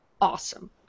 awesome